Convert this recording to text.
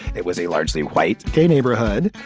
it was a largely white gay neighborhood.